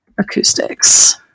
Acoustics